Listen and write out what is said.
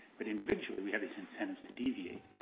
but individually, we have these incentives to deviate.